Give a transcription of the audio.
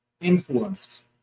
influenced